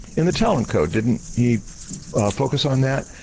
in the talent code, didn't he focus on that?